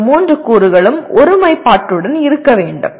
இந்த மூன்று கூறுகளும் ஒருமைப்பாட்டுடன் இருக்க வேண்டும்